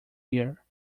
here